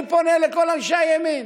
אני פונה לכל אנשי הימין: